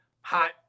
hot